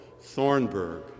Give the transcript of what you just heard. Thornburg